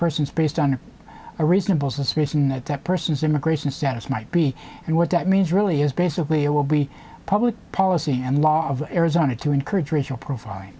persons based on a reasonable suspicion that that person's immigration status might be and what that means really is basically it will be a public policy and law of arizona to encourage racial profiling